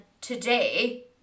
today